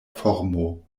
formo